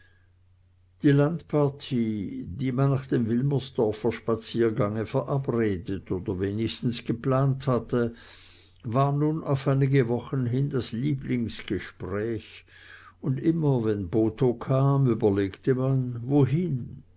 die landpartie die man nach dem wilmersdorfer spaziergange verabredet oder wenigstens geplant hatte war nun auf einige wochen hin das lieblingsgespräch und immer wenn botho kam überlegte man wohin